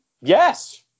Yes